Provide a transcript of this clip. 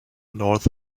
north